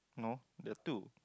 no there're two